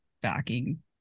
backing